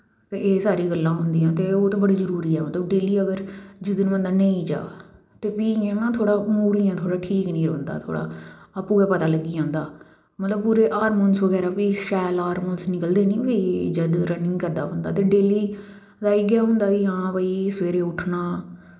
एह् सारियां गल्लां होंदियां ते ओह् ते बड़ी जरूरी ऐ मतलव डेल्ली अगर जिस दिन बंदा नेंई जा ते फ्ही इयां ना मूड इयां थोह्ड़ा ठीक नी रौंह्दा थोह्ड़ा अप्पू गै पता लग्गी जंदा मतलव पूरे हॉर्मोनस बगैरा बी शैल हॉर्मोनस निकलदे नी फ्ही जदूं रनिंग करदा बंदा ते डेल्ली दा इयै होंदा कि हां भाई सवेरे उट्ठना